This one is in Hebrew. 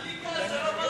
אני כאן,